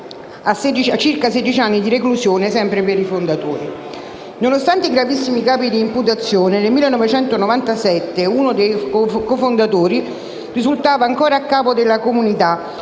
a circa sedici anni di reclusione per gli stessi fondatori. Nonostante i gravissimi capi di imputazione, nel 1997 uno dei cofondatori risultava ancora a capo della comunità